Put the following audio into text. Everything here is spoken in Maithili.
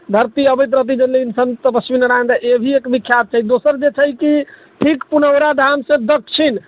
धरती अबैत रहतै लेकिन सन्त तपश्वी नारायण दास ईभी एक विख्यात छै दोसर जे छै कि ठीक पुनौरा धामसँ दच्छिन